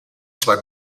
zwei